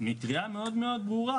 מטרייה ברורה.